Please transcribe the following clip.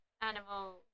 animal